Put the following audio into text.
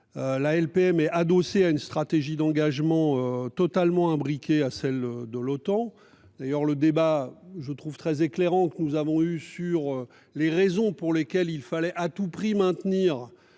La LPM est adossée à une stratégie d'engagement totalement imbriquée à celle de l'OTAN. D'ailleurs le débat, je trouve très éclairant que nous avons eu sur les raisons pour lesquelles il fallait à tout prix maintenir.